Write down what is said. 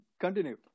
continue